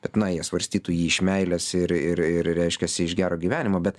bet na jie svarstytų jį iš meilės ir ir ir reiškiasi iš gero gyvenimo bet